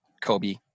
Kobe